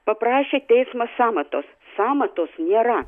paprašė teismas sąmatos sąmatos nėra